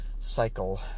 cycle